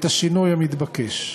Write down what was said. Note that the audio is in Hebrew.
את השינוי המתבקש.